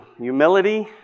humility